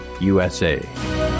USA